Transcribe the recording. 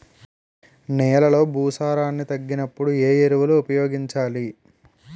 నెలలో భూసారాన్ని తగ్గినప్పుడు, ఏ ఎరువులు ఉపయోగించాలి?